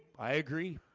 i agree